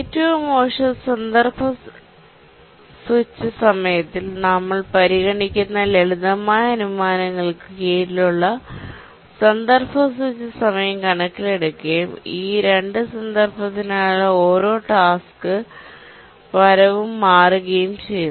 ഏറ്റവും മോശം context switch സമയത്തിൽ നമ്മൾ പരിഗണിക്കുന്ന ലളിതമായ അനുമാനങ്ങൾക്ക് കീഴിലുള്ള കോണ്ടെസ്റ് സ്വിച്ച് സമയം കണക്കിലെടുക്കുകയും ഈ 2 സന്ദർഭത്തിനായുള്ള ഓരോ ടാസ്ക് വരവും മാറുകയും ചെയ്യുന്നു